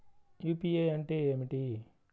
UPI అంటే ఏమిటి?